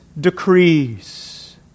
decrees